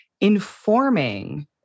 informing